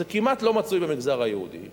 אבל זה כמעט לא מצוי במגזר היהודי,